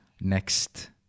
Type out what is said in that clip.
next